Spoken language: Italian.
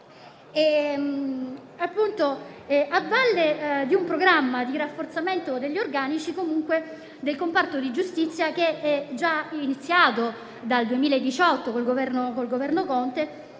A valle di un programma di rafforzamento degli organici del comparto di giustizia, che è già iniziato dal 2018 con il Governo Conte